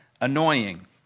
annoying